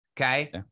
okay